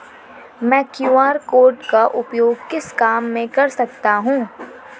मैं QR code का उपयोग किस काम में कर सकता हूं?